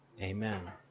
Amen